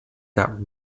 that